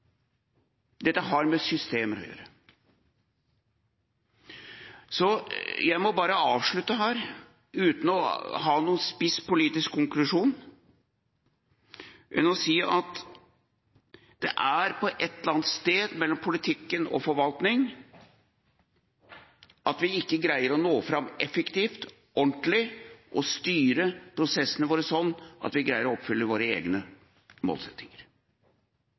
Dette har med systemer å gjøre. Jeg må bare avslutte her, uten å ha noen spiss, politisk konklusjon, med å si at det er på et eller annet sted, mellom politikken og forvaltningen, at vi ikke greier å nå fram effektivt og ordentlig og å styre prosessene våre sånn at vi kan oppfylle våre egne målsettinger.